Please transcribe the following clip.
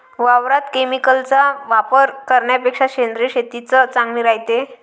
वावरात केमिकलचा वापर करन्यापेक्षा सेंद्रिय शेतीच चांगली रायते